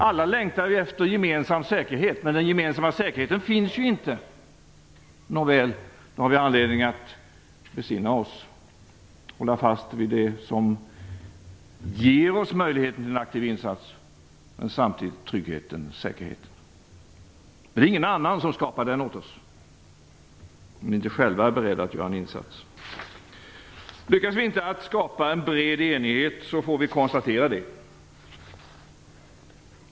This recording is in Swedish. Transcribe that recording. Alla längtar vi efter gemensam säkerhet. Men den gemensamma säkerheten finns ju inte. Nåväl, då har vi anledning att besinna oss och hålla fast vid det som ger oss möjlighet till en aktiv insats men samtidigt tryggheten, säkerheten. Det är ingen annan som skapar den åt oss, om vi inte själva är beredda att göra en insats. Lyckas vi inte skapa en bred enighet får vi konstatera det.